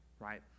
Right